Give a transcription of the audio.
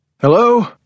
Hello